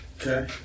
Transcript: Okay